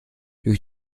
durch